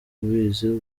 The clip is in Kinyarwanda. ubizi